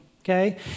okay